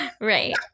Right